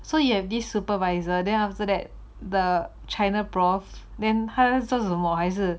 so you have this supervisor then after that the china prof then 他做什么还是